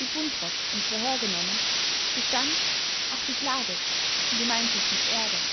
die buntrock ins verhör genommen gestand auch die klages in gemeinschaft mit erbe